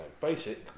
basic